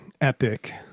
Epic